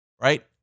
right